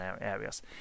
areas